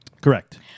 Correct